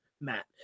Matt